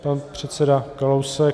Pan předseda Kalousek...